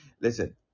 listen